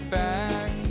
back